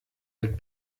weg